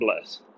bless